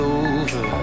over